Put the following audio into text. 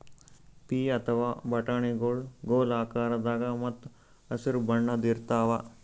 ಪೀ ಅಥವಾ ಬಟಾಣಿಗೊಳ್ ಗೋಲ್ ಆಕಾರದಾಗ ಮತ್ತ್ ಹಸರ್ ಬಣ್ಣದ್ ಇರ್ತಾವ